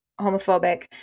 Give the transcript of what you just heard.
homophobic